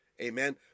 amen